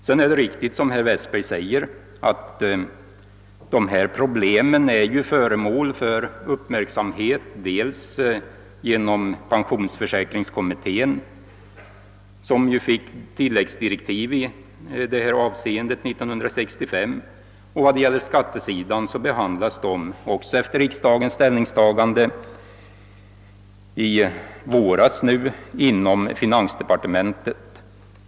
Det är riktigt, som herr Westberg säger, att dessa problem är föremål för uppmärksamhet inom pensionsförsäkringskommittén, som fick tilläggsdirektiv i detta avseende år 1965. Från skattesynpunkt behandlas de också efter riksdagens ställningstagande i våras inom finansdepartementet.